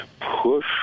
push